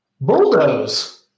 bulldoze